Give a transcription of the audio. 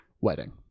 wedding